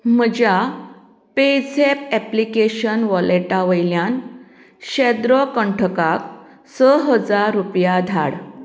म्हज्या PayZapp application वॉलेटा वयल्यान शेद्रो कंठकाक स हजार रुपया धाड